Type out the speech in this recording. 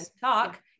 talk